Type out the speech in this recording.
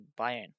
Bayern